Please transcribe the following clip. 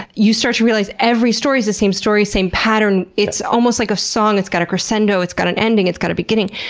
you start to realize every story is the same story, same pattern. it's almost like a song it's got a crescendo, it's got an ending, it's got a beginning.